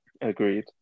Agreed